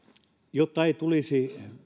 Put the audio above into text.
jotta ei tulisi